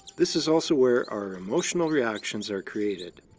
this is also where our emotional reactions are created.